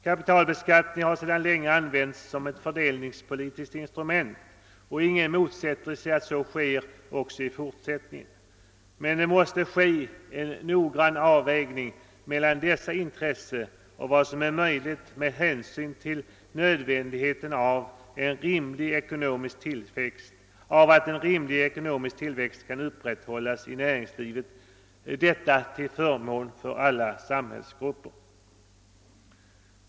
Kapitalbeskattningen har länge använts som ett fördelningspolitiskt instrument, och ingen motsätter sig alt så sker också i fortsättningen, men det måste företas en noggrann avvägning mellan dessa intressen och vad som är möjligt med hänsyn till nödvändigheten av att en rimlig ekonomisk tillväxt kan upprätthållas i näringslivet till förmån för alla samhällsgrupper.